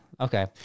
Okay